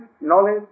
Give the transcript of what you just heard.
knowledge